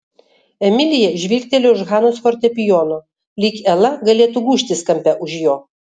emilija žvilgtelėjo už hanos fortepijono lyg ela galėtų gūžtis kampe už jo